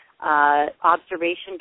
observation